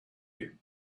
him